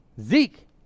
Zeke